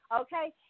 Okay